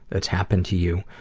that's happened to you,